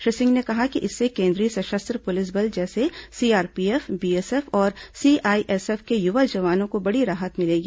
श्री सिंह ने कहा कि इससे केंद्रीय सशस्त्र पुलिस बल जैसे सीआरपीएफ बीएसएफ और सीआईएसएफ के युवा जवानों को बड़ी राहत मिलेगी